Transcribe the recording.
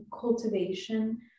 cultivation